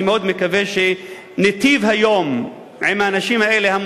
אני מאוד מקווה שאנחנו ניטיב היום עם האנשים האלה,